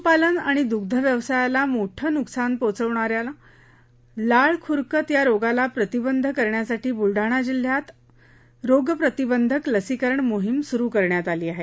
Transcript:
पश्पालन आणि दुग्धव्यवसायाला मोठं नुकसान पोहचवणाऱ्या लाळ खुरकत या रोगाला प्रतिबंध करण्यासाठी ब्लडाणा जिल्ह्यात लाळ खुरकत रोग प्रतिबंधक लसीकरण मोहीम सुरु करण्यात आली आहे